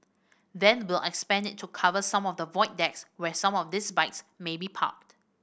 then we'll expand it to cover some of the void decks where some of these bikes may be parked